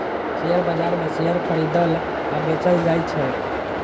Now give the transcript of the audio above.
share बाजार मे share खरीदल आ बेचल जाइ छै